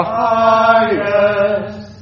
highest